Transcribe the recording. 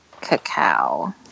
Cacao